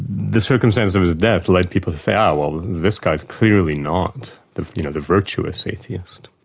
the circumstances of his death led people to say, ah well, this guy's clearly not the you know the virtuous atheist.